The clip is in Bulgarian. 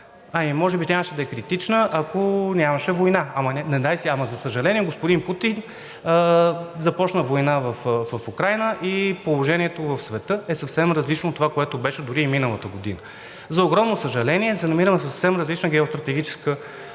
а и може би нямаше да е критична, ако нямаше война, но за съжаление, господин Путин започна война в Украйна и положението в света е съвсем различно от това, което беше дори и миналата година. За огромно съжаление, се намираме в съвсем различна геостратегическа